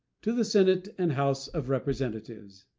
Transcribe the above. to the senate and house of representatives